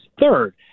third